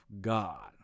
God